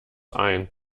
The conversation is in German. ein